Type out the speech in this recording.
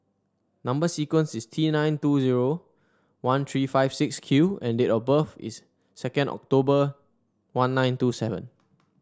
number sequence is T nine two zero one three five six Q and date of birth is second October one nine two seven